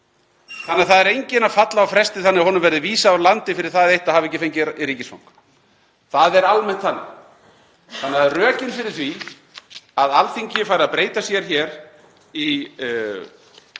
Það er því enginn að falla á fresti þannig að honum verði vísað úr landi fyrir það eitt að hafa ekki fengið ríkisfang. Það er almennt þannig. Rökin fyrir því að Alþingi fari að breyta sér hér í